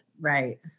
Right